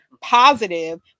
positive